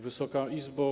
Wysoka Izbo!